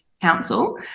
Council